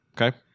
Okay